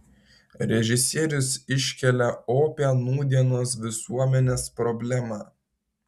režisierius iškelia opią nūdienos visuomenės problemą